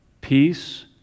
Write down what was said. Peace